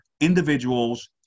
Individuals